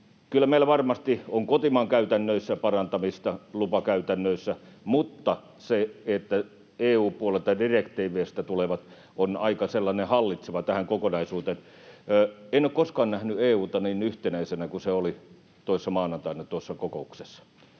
Kyllä meillä varmasti on kotimaan lupakäytännöissä parantamista, mutta EU:n puolelta, direktiiveistä tulevat ovat aika sellainen hallitseva asia tähän kokonaisuuteen. En ole koskaan nähnyt EU:ta niin yhtenäisenä kuin se oli toissa maanantaina tuossa kokouksessa,